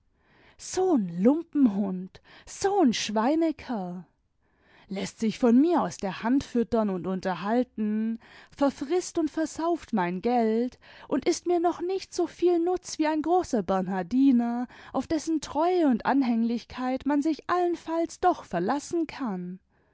so n lumpenhund i so n schweinekerl läßt sich von mir aus der hand füttern und imterhalten verfrißt und versauft mein geld und ist mir noch nicht soviel nutz wie ein großer bernhardiner auf dessen treue und anhänglichkeit man sich allenfalls doch verlassen kann